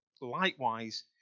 Likewise